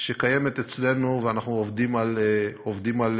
שקיימת אצלנו ואנחנו עובדים על קיצורה.